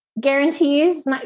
guarantees